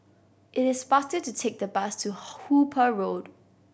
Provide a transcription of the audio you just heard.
it is faster to take the bus to Hooper Road